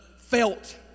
felt